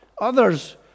others